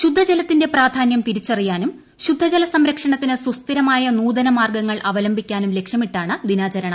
ശുദ്ധജലത്തിന്റെ പ്രാധാനൃം തിരിച്ചറിയാനും ശുദ്ധജല സംരക്ഷണത്തിന് സുസ്ഥിരമായ നൂതന മാർഗങ്ങൾ അവലംബിക്കാനും ലക്ഷ്യമിട്ടാണ് ദിനാചരണം